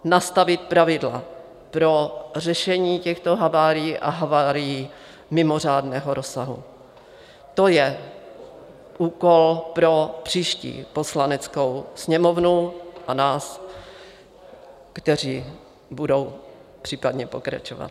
Nastavit pravidla pro řešení těchto havárií a havárií mimořádného rozsahu, to je úkol pro příští Poslaneckou sněmovnu a nás, kteří budou případně pokračovat.